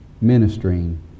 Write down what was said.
ministering